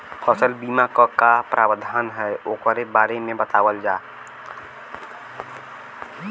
फसल बीमा क का प्रावधान हैं वोकरे बारे में बतावल जा?